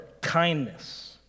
kindness